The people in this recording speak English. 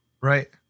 Right